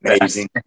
amazing